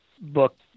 book